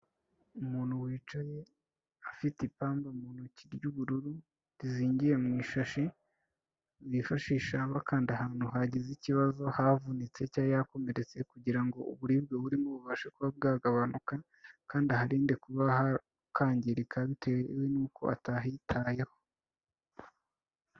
Umuntu wicaye afite ipamba mu ntoki ry'ubururu rizingiye mu ishashi, bifashisha bakanda ahantu hagize ikibazo, havunitse cyangwa yakomeretse, kugira ngo uburibwe burimo bubashe kuba bwagabanuka, kandi aharinde kuba hakangirika bitewe nuko atahitayeho.